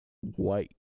white